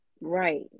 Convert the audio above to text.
Right